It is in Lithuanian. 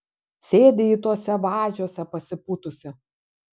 sėdi ji tuose važiuose pasipūtusi